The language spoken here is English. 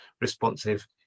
responsive